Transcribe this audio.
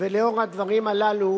ולאור הדברים הללו,